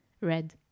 Red